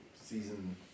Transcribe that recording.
season